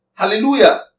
Hallelujah